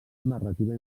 narrativa